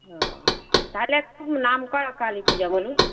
ও তাহলে একটু নাম করা কালী পূজা বলুন